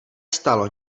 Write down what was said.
stalo